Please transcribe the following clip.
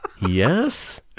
Yes